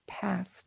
past